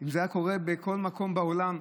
אם זה היה קורה בכל מקום בעולם?